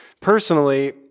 Personally